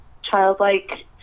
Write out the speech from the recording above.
childlike